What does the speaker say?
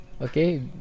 okay